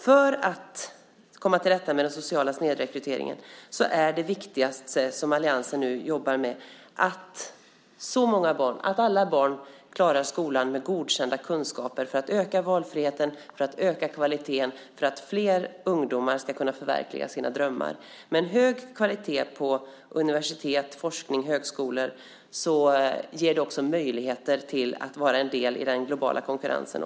För att komma till rätta med den sociala snedrekryteringen är det viktigaste som alliansen jobbar med att alla barn klarar skolan med godkända kunskaper för att öka valfriheten och kvaliteten så att flera ungdomar kan förverkliga sina drömmar. Med en hög kvalitet på universitet, forskning och högskolor får man möjlighet att vara en del av den globala konkurrensen.